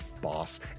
boss